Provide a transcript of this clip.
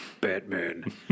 Batman